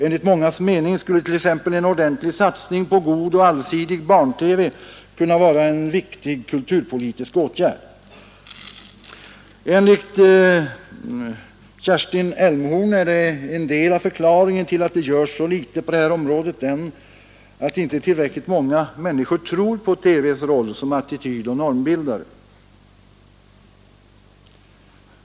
Enligt mångas mening skulle t. ex en ordentlig satsning på god och allsidig barn-TV vara en viktig kulturpolitisk åtgärd. Enligt Kerstin Elmhorn är en del av förklaringen till att det görs så litet på det här området att inte tillräckligt många människor tror på TV:s roll som attitydoch normbildare.